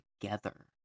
together